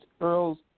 Earl's